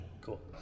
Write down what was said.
Cool